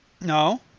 No